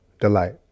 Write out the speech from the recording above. delight